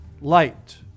light